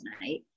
tonight